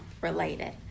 related